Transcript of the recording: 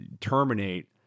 terminate